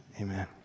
amen